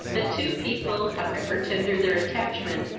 that two people, however tender their attachment,